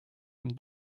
him